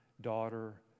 daughter